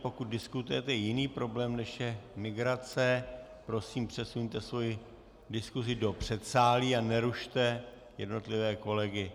Pokud diskutujete jiný problém, než je migrace, prosím, přesuňte svoji diskusi do předsálí a nerušte jednotlivé kolegy.